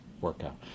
workout